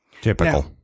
Typical